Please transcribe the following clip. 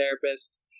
therapist